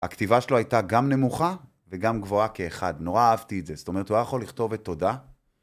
הכתיבה שלו הייתה גם נמוכה וגם גבוהה כאחד, נורא אהבתי את זה, זאת אומרת הוא היה יכול לכתוב את תודה.